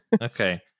okay